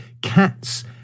cats